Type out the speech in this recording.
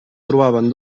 trobaven